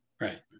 Right